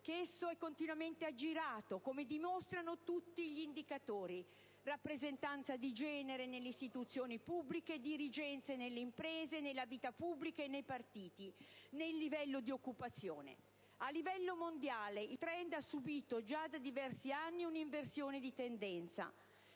che essa è continuamente aggirata, come dimostrano tutti gli indicatori: rappresentanza di genere nelle istituzioni pubbliche, dirigenza nelle imprese, nella vita politica e nei partiti, livelli di occupazione. A livello mondiale il *trend* ha subito, già da diversi anni un'inversione di tendenza: